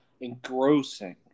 engrossing